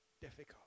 difficult